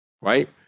Right